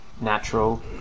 natural